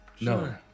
No